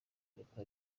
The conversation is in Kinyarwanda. reka